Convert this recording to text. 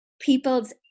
people's